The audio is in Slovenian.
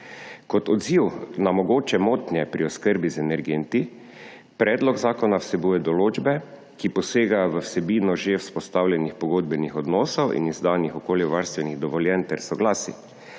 Kot odziv na mogoče motnje pri oskrbi z energenti predlog zakona vsebuje določbe, ki posegajo v vsebino že vzpostavljenih pogodbenih odnosov in izdanih okoljevarstvenih dovoljenj ter soglasij,